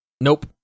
nope